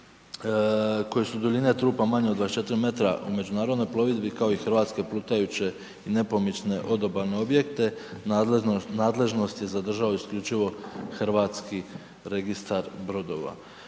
koje su duljine trupa manje od 24 metra u međunarodnoj plovidbi kao i hrvatske plutajuće i nepomične odobalne objekte, nadležnost je za državu isključivo HRB-a. Što